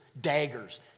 daggers